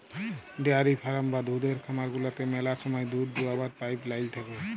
dairy farm বা দুহুদের খামার গুলাতে ম্যালা সময় দুহুদ দুয়াবার পাইপ লাইল থ্যাকে